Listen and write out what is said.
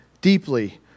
deeply